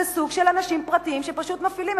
זה סוג של אנשים פרטיים שפשוט מפעילים,